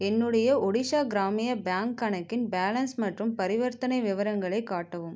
என்னுடைய ஒடிஷா கிராமிய பேங்க் கணக்கின் பேலன்ஸ் மற்றும் பரிவர்த்தனை விவரங்களை காட்டவும்